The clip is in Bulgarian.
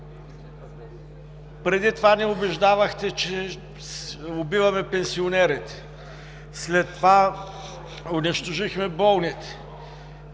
Преди това ни убеждавахте, че убиваме пенсионерите. След това унищожихме болните.